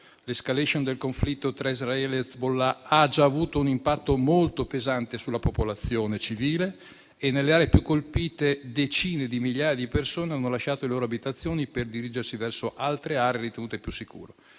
L'*escalation* del conflitto tra Israele e Hezbollah ha già avuto un impatto molto pesante sulla popolazione civile e nelle aree più colpite decine di migliaia di persone hanno lasciato le loro abitazioni per dirigersi verso altre aree ritenute più sicure,